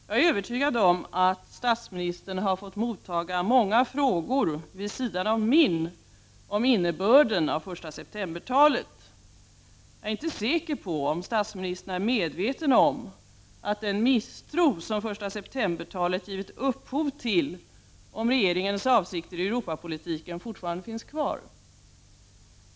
Jag är övertygad om att statsministern har fått mottaga många frågor vid sidan om min om innebörden av första september-talet. Jag är inte säker på om statsministern är medveten om att den misstro som första september-talet givit upphov till om regeringens avsikter i Europapolitiken fortfarande finns kvar.